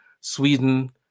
Sweden